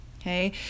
okay